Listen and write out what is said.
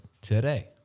today